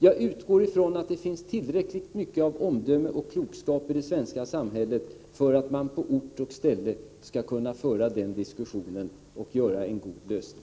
Jag utgår ifrån att det finns tillräckligt mycket av omdöme och klokskap i det svenska samhället för att man på ort och ställe skall kunna föra en diskussion som leder till en god lösning.